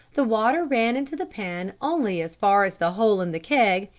the water ran into the pan only as far as the hole in the keg,